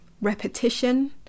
repetition